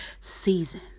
season